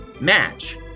match